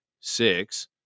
six